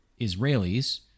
israelis